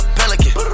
pelican